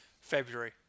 February